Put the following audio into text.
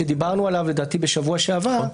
שדיברנו עליו לדעתי בשבוע שעבר.